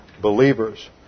believers